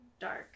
dark